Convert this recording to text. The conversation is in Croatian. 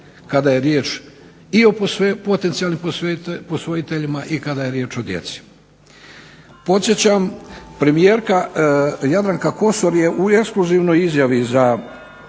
kada je riječ i o potencijalnim posvojiteljima i kada je riječ o djeci. Podsjećam, premijerka Jadranka Kosor je u ekskluzivnoj izjavi za